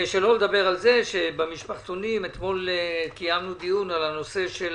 שלא לדבר על זה שהמשפחתונים אתמול קיימנו דיון על הנושא של